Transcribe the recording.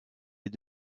est